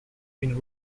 been